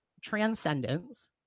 transcendence